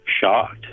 shocked